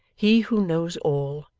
he who knows all,